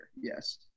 yes